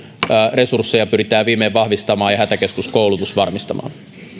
resursseja pyritään viimein vahvistamaan ja hätäkeskuskoulutus varmistamaan